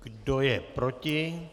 Kdo je proti?